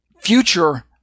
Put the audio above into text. future